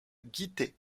guittet